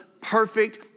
perfect